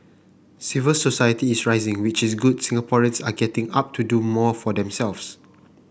civil society is rising which is good Singaporeans are getting up to do more for themselves